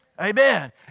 amen